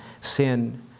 sin